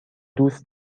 دوست